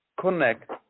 connect